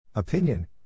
Opinion